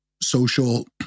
social